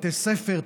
בתי ספר,